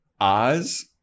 Oz